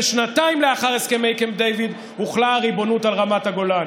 ושנתיים לאחר הסכמי קמפ דייוויד הוחלה הריבונות על רמת הגולן.